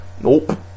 Nope